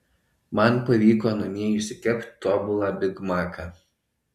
man pavyko namie išsikept tobulą bigmaką